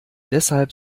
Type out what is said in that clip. deshalb